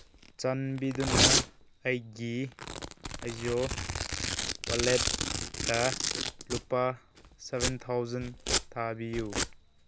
ꯆꯥꯟꯕꯤꯗꯨꯅ ꯑꯩꯒꯤ ꯑꯖꯤꯑꯣ ꯋꯥꯂꯦꯠꯇ ꯂꯨꯄꯥ ꯁꯕꯦꯟ ꯊꯥꯎꯖꯟ ꯊꯥꯕꯤꯌꯨ